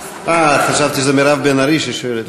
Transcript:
חשבתי שמירב בן ארי היא השואלת,